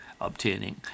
obtaining